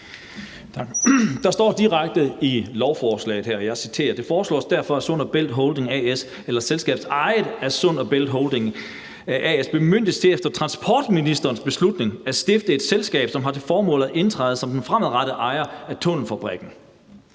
Der står direkte i lovforslaget her, og jeg citerer: »Det foreslås derfor, at Sund & Bælt Holding A/S eller et selskab ejet af Sund & Bælt Holding A/S bemyndiges til, efter transportministerens beslutning, at stifte et selskab, som har til formål at indtræde som den fremadrettede ejer af tunnelelementfabrikken«.